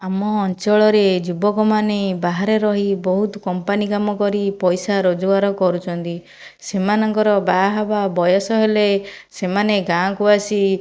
ଆମ ଅଞ୍ଚଳରେ ଯୁବକମାନେ ବାହାରେ ରହି ବହୁତ କମ୍ପାନୀ କାମକରି ପଇସା ରୋଜଗାର କରୁଛନ୍ତି ସେମାନଙ୍କର ବାହାହେବା ବୟସ ହେଲେ ସେମାନେ ଗାଁ'କୁ ଆସି